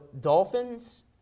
Dolphins